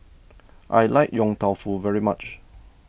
I like Yong Tau Foo very much